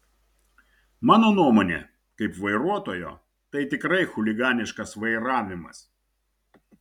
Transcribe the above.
mano nuomonė kaip vairuotojo tai tikrai chuliganiškas vairavimas